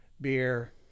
beer